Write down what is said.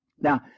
Now